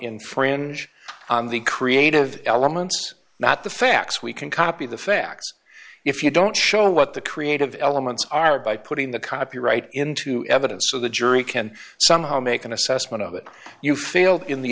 infringe on the creative elements that the facts we can copy the facts if you don't show what the creative elements are by putting the copyright into evidence so the jury can somehow make an assessment of it you failed in the